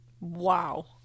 wow